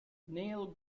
neil